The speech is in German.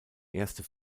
erste